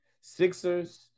Sixers